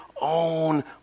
own